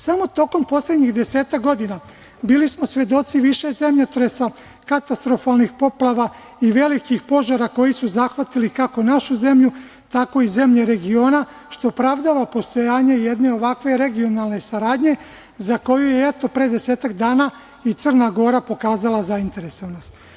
Samo tokom poslednjih desetak godina bili smo svedoci više zemljotresa, katastrofalnih poplava, i velikih požara koji su zahvatili kako našu zemlju, tako i zemlje regiona, što opravdava postojanje jedne ovakve regionalne saradnje, za koju je pre desetak dana i Crna Gora pokazala zainteresovanost.